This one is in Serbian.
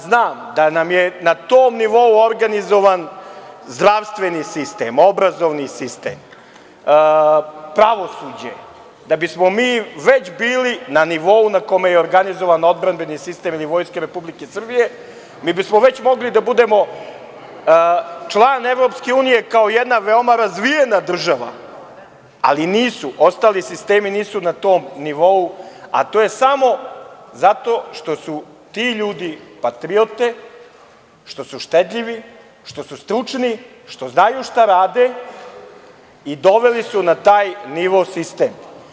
Znam da nam je na tom nivou organizovan zdravstveni sistem, obrazovni sistem, pravosuđe, da bismo mi već bili na nivou na kome je organizovan odbrambeni sistem ili Vojska Republike Srbije, mi bismo već mogli da budemo član EU kao jedna veoma razvijena država, ali nisu ostali sistemi na tom nivou, a to je samo zato što su ti ljudi patriote, što su štedljivi, što su stručni, što znaju šta rade i doveli su na taj nivo sistem.